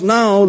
now